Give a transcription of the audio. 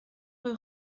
rue